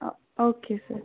okay sir